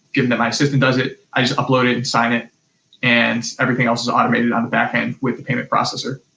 giving that my assistant does it, i just upload it and sign it and everything else is automated on the back end with payment processor.